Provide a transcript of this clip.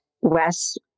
West